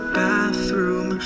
bathroom